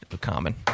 common